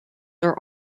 are